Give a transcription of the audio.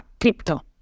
Crypto